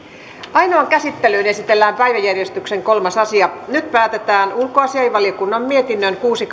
ainoaan käsittelyyn esitellään päiväjärjestyksen kolmas asia nyt päätetään ulkoasiainvaliokunnan mietinnön kuusi